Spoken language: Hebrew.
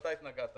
אתה התנגדת,